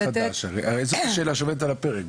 זאת שאלה שעומדת על הפרק.